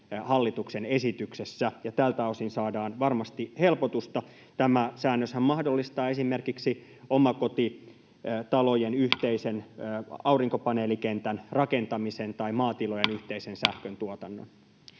hallituksen esityksessä ja tältä osin saadaan varmasti helpotusta. Tämä säännöshän mahdollistaa esimerkiksi omakotitalojen yhteisen aurinkopaneelikentän rakentamisen tai maatilojen yhteisen sähköntuotannon.